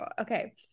Okay